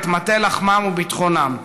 את מטה לחמם ואת ביטחונם.